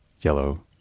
yellow